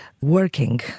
working